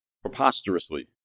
preposterously